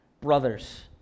brothers